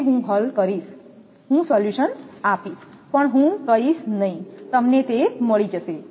તે હું હલ કરીશ હું સોલ્યુશન આપીશ પણ હું કહીશ નહીં તમને તે મળી જશે